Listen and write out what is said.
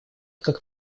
как